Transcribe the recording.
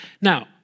Now